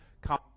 come